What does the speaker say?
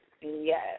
Yes